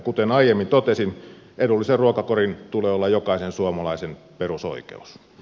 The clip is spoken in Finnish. kuten aiemmin totesin edullisen ruokakorin tulee olla jokaisen suomalaisen perusoikeus